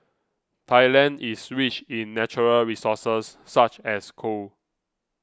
Thailand is rich in natural resources such as coal